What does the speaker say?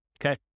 okay